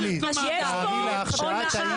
זה לא נכון.